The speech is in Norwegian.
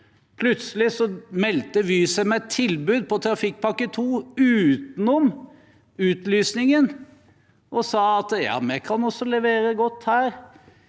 Plutselig meldte Vy seg med tilbud på Trafikkpakke 2 utenom utlysningen og sa at de også kan levere godt her.